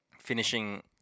finishing